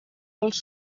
dels